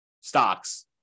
stocks